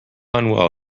unwell